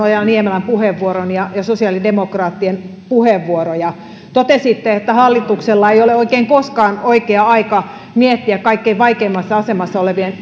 ojala niemelän puheenvuoron ja sosiaalidemokraattien puheenvuoroja totesitte että hallituksella ei ole oikein koskaan oikea aika miettiä kaikkein vaikeimmassa asemassa olevien